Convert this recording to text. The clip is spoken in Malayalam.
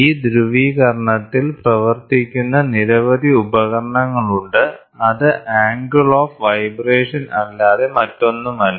ഈ ധ്രുവീകരണത്തിൽ പ്രവർത്തിക്കുന്ന നിരവധി ഉപകരണങ്ങൾ ഉണ്ട് അത് ആംഗിൾ ഓഫ് വൈബ്രേഷൻ അല്ലാതെ മറ്റൊന്നുമല്ല